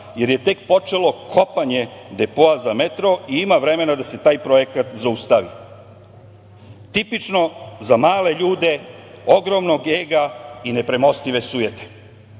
jer je tek počelo kopanje Depoa za metro i ima vremena da se taj projekat zaustavi“. Tipično za male ljude, ogromnog ega i nepremostive sujete.